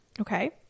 Okay